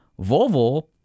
Volvo